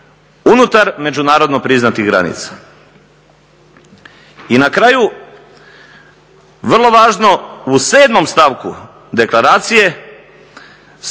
unutar međunarodno priznatih granica". I na kraju, vrlo važno u 7. stavku deklaracije stoji